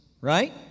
right